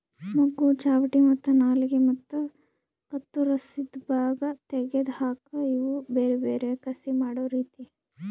ಮೊಗ್ಗು, ಚಾವಟಿ ಮತ್ತ ನಾಲಿಗೆ ಮತ್ತ ಕತ್ತುರಸಿದ್ ಭಾಗ ತೆಗೆದ್ ಹಾಕದ್ ಇವು ಬೇರೆ ಬೇರೆ ಕಸಿ ಮಾಡೋ ರೀತಿ